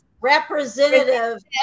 representative